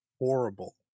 horrible